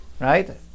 right